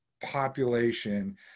population